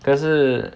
可是